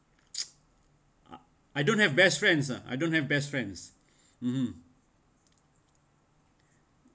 I don't have best friends ah I don't have best friends mmhmm